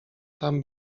tam